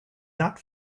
not